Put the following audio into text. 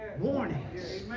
Warnings